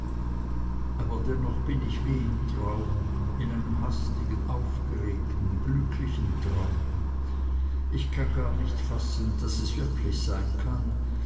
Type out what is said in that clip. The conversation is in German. aber dennoch bin ich wie im traum in einem hastigen aufgeregten glücklichen traum ich kann gar nicht fassen daß es wirklich sein kann